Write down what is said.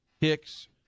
Hicks